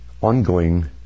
ongoing